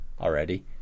already